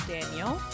Daniel